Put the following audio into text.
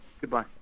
Goodbye